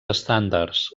estàndards